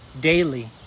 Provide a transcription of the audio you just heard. daily